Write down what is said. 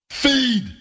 Feed